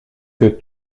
que